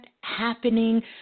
happening